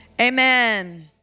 amen